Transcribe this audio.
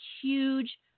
huge